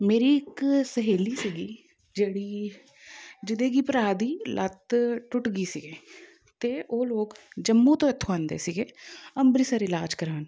ਮੇਰੀ ਇੱਕ ਸਹੇਲੀ ਸੀਗੀ ਜਿਹੜੀ ਜਿਹਦੇ ਕਿ ਭਰਾ ਦੀ ਲੱਤ ਟੁੱਟ ਗਈ ਸੀਗੀ ਅਤੇ ਉਹ ਲੋਕ ਜੰਮੂ ਤੋਂ ਇੱਥੋਂ ਆਉਂਦੇ ਸੀਗੇ ਅੰਮ੍ਰਿਤਸਰ ਇਲਾਜ ਕਰਾਉਣ